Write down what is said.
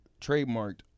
trademarked